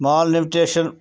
malnutrition